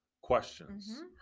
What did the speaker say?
questions